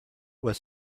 was